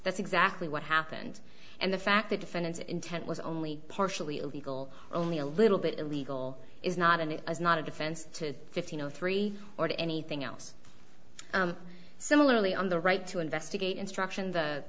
that's exactly what happened and the fact the defendant's intent was only partially illegal only a little bit illegal is not and it is not a defense to fifteen zero three or to anything else similarly on the right to investigate instruction